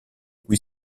cui